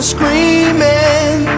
Screaming